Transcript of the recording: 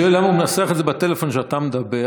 אני שואל למה הוא מנסח את זה בטלפון כשאתה מדבר,